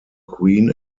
queen